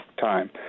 time